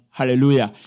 Hallelujah